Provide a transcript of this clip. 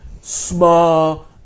small